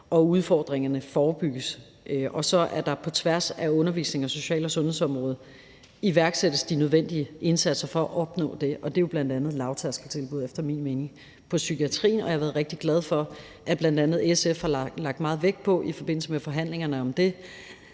til udfordringerne, og at der på tværs af undervisningsområdet og social- og sundhedsområdet iværksættes de nødvendige indsatser for at opnå det, og det er jo efter min mening bl.a. lavtærskeltilbud inden for psykiatrien, og jeg har været rigtig glad for, at bl.a. SF i forbindelse med forhandlingerne om det